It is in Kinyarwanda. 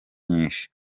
nyinshi